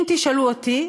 אם תשאלו אותי,